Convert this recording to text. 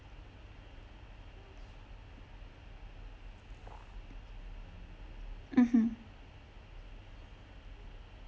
mmhmm